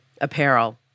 apparel